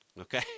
Okay